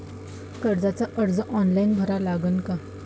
कर्जाचा अर्ज ऑनलाईन भरा लागन का?